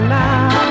now